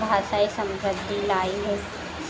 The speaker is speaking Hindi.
भासाई समृद्धि लाई है